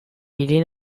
hiri